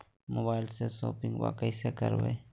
मोबाइलबा से शोपिंग्बा कैसे करबै?